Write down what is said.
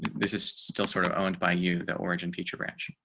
this is still sort of owned by you, the origin feature branch.